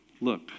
Look